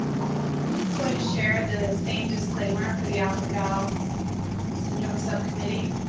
going to share the same disclaimer for the alpha-gal syndrome subcommittee.